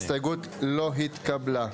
הצבעה בעד 3 נגד 4 ההסתייגות לא התקבלה.